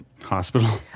hospital